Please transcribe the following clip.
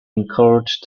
encouraged